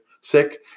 Sick